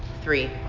three